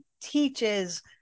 teaches